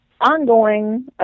ongoing